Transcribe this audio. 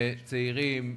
וצעירים,